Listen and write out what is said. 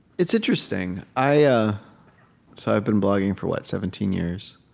it's interesting. i've yeah so i've been blogging for what seventeen years.